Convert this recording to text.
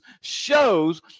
shows